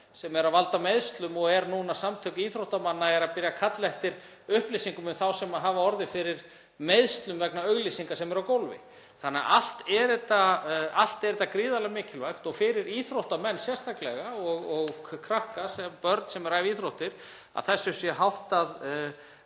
sem eru að valda meiðslum og samtök íþróttamanna eru byrjuð að kalla eftir upplýsingum um þá sem hafa orðið fyrir meiðslum vegna auglýsinga sem eru á gólfi. Allt er þetta gríðarlega mikilvægt, fyrir íþróttamenn sérstaklega og börn sem eru að æfa íþróttir, að þessu sé háttað